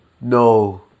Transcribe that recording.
no